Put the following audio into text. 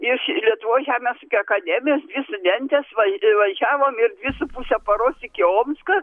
iš lietuvos žemės ūkio akademijos dvi studentės vai važiavom ir dvi su puse paros iki omsko